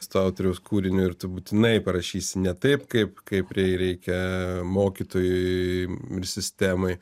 to autoriaus kūriniu ir tu būtinai parašysiu ne taip kaip kaip reikia mokytojui ir sistemai